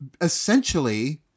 Essentially